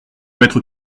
mettre